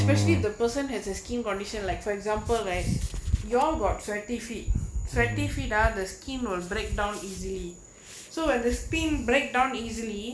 specially if the person has a skin condition like for example like you all got sweaty feet sweaty feet are the skin will breakdown easily so when this spin breakdown easily